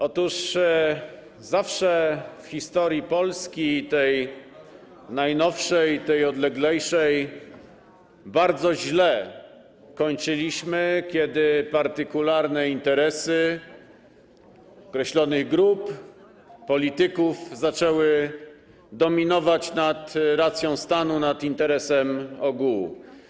Otóż zawsze w historii Polski, tej najnowszej i tej odleglejszej, bardzo źle kończyliśmy, kiedy partykularne interesy określonych grup, polityków zaczynały dominować nad racją stanu, nad interesem ogółu.